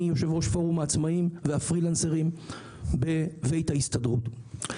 אני יושב ראש פורום העצמאים והפרילנסרים בבית ההסתדרות.